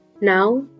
Now